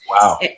Wow